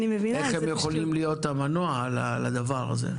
איך הן יכולות להיות המנוע לדבר הזה.